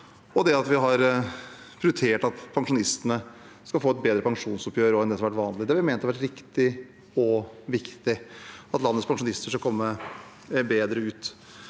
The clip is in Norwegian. og at vi har prioritert at pensjonistene skal få et bedre pensjonistoppgjør enn det som har vært vanlig. Det har vi ment har vært riktig og viktig – at landets pensjonister skal komme bedre ut.